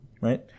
right